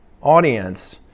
audience